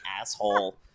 asshole